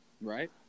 Right